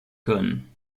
können